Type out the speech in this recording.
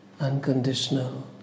unconditional